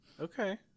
Okay